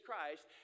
Christ